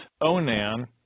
Onan